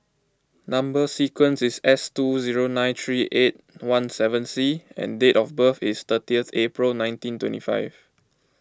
Number Sequence is S two zero nine three eight one seven C and date of birth is thirty April nineteen twenty five